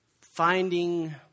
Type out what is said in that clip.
finding